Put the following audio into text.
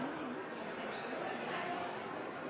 deres